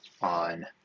on